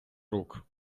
рук